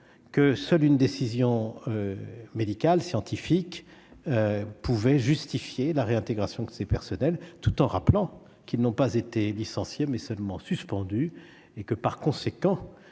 que seule une décision médicale, scientifique, pouvait justifier la réintégration de ces personnels. Je rappelle néanmoins qu'ils ont été non pas licenciés, mais seulement suspendus. Par conséquent,